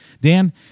Dan